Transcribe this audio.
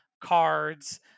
cards